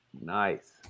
Nice